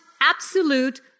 absolute